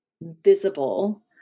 visible